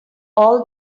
all